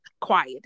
quiet